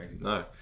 no